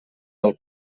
del